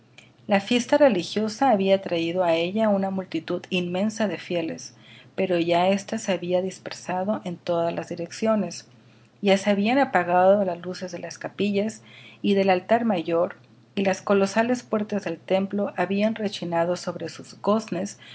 la fiesta religosa había traído á ella una multitud inmensa de fieles pero ya ésta se había dispersado en todas direcciones ya se habían apagado las luces de las capillas y del altar mayor y las colosales puertas del templo habían rechinado sobre sus goznes